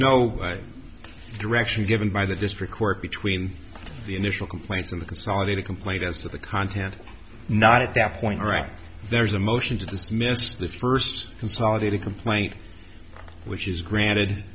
no direction given by the district court between the initial complaints and the consolidated complaint as to the content not at that point all right there's a motion to dismiss the first consolidated complaint which is granted